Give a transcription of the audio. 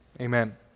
Amen